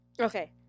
Okay